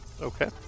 Okay